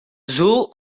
zoo